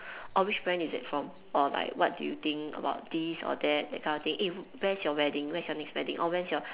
or which brand is it from or like what do you think about this or that that kind of thing eh where's your wedding where's your next wedding or where's your